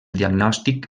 diagnòstic